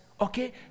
Okay